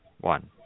one